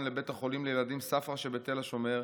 לבית החולים לילדים ספרא שבתל השומר,